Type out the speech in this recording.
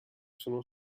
sono